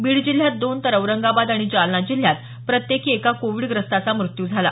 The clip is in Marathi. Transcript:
बीड जिल्ह्यात दोन तर औरंगाबाद आणि जालना जिल्ह्यात प्रत्येकी एका कोविडग्रस्ताचा मृत्यू झाला